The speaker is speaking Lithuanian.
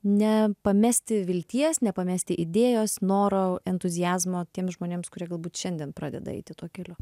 nepamesti vilties nepamesti idėjos noro entuziazmo tiems žmonėms kurie galbūt šiandien pradeda eiti tuo keliu